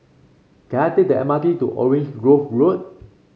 can I take the M R T to Orange Grove Road